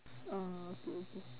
ah okay okay